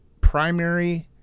primary